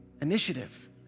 initiative